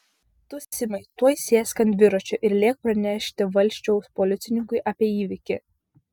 tu simai tuoj sėsk ant dviračio ir lėk pranešti valsčiaus policininkui apie įvykį